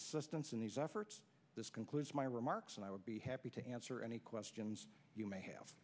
assistance in these efforts this concludes my remarks and i would be happy to answer any questions you may have